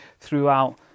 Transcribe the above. throughout